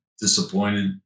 disappointed